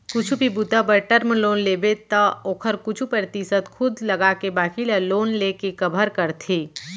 कुछु भी बूता बर टर्म लोन लेबे त ओखर कुछु परतिसत खुद लगाके बाकी ल लोन लेके कभर करथे